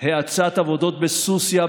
מתרחשת האצת עבודות בסוסיא,